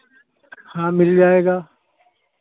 हाँ मिल जाएगा